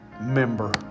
member